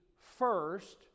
first